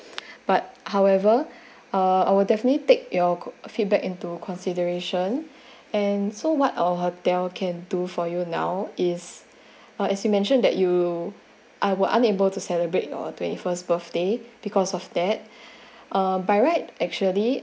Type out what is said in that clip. but however uh I will definitely take your feedback into consideration and so what our hotel can do for you now is uh as you mentioned that you are unable to celebrate your twenty first birthday because of that uh by right actually